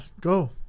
go